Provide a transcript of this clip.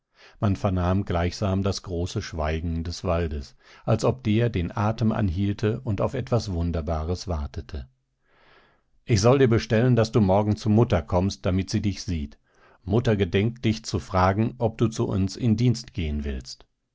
man vernahm gleichsam das große schweigen des waldes als ob der den atem anhielte und auf etwas wunderbares wartete ich soll dir bestellen daß du morgen zu mutter kommst damit sie dich sieht mutter gedenkt dich zu fragen ob du zu uns in dienst gehen willst